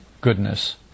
goodness